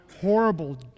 horrible